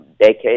decades